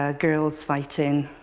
ah girls fighting.